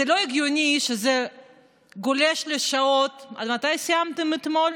זה לא הגיוני שזה גולש לשעות, מתי סיימתם אתמול?